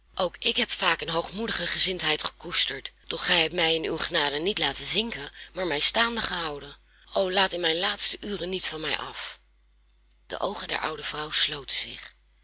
ook ik heb vaak een hoogmoedige gezindheid gekoesterd doch gij hebt mij in uw genade niet laten zinken maar mij staande gehouden o laat in mijn laatste ure niet van mij af de oogen der oude vrouw sloten zich